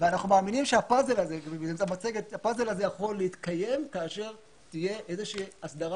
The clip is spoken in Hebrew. ואנחנו מאמינים שהפאזל הזה יכול להתקיים כאשר תהיה איזושהי הסדרה